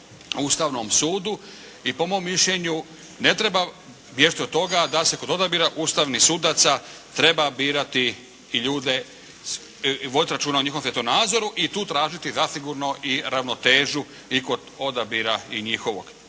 Ustavnom sudu. I po mom mišljenju ne treba bježati od toga da se kod odabira ustavnih sudaca treba birati i ljude i voditi računa o njihovom svjetonadzoru i tu tražiti zasigurno i ravnotežu i kod odabira i njihovog.